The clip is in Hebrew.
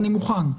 אני מוכן.